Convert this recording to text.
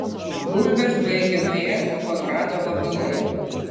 bulves baigia nuėst kolorado vabalai